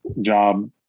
job